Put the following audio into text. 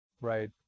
Right